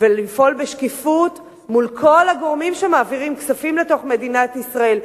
ולפעול בשקיפות מול כל הגורמים שמעבירים כספים לתוך מדינת ישראל,